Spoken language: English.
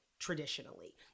traditionally